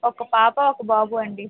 ఒక పాప ఒక బాబు అండి